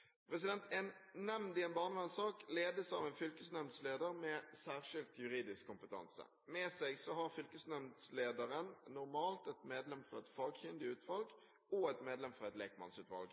saksbehandling. En nemnd i en barnevernssak ledes av en fylkesnemndsleder med særskilt juridisk kompetanse. Med seg har fylkesnemndslederen normalt et medlem fra et fagkyndig utvalg og et medlem fra et lekmannsutvalg.